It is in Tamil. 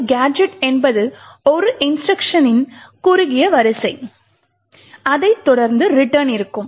ஒரு கேஜெட் என்பது ஒரு இன்ஸ்ட்ருக்ஷன்களின் குறுகிய வரிசை அதைத் தொடர்ந்து return இருக்கும்